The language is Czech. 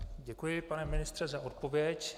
Děkuji, pane ministře, za odpověď.